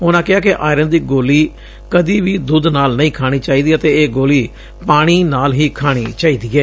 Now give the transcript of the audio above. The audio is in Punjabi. ਉਨੂਾਂ ਕਿਹਾ ਕਿ ਆਇਰਨ ਦੀ ਗੋਲੀ ਕਦੀ ਵੀ ਦੁੱਧ ਨਾਲ ਨਹੀਂ ਖਾਣੀ ਚਾਹੀਦੀ ਅਤੇ ਇਹ ਗੋਲੀ ਪਾਣੀ ਨਾਲ ਹੀ ਖਾਣੀ ਚਾਹੀਦੀ ਏ